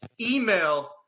Email